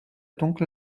dunkle